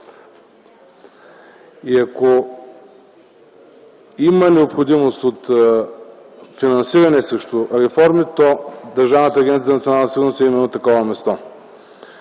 Ако има необходимост от финансиране срещу реформи, то Държавната агенция „Национална сигурност” е именно такова място.